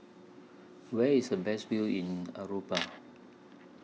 Where IS The Best View in Aruba